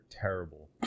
terrible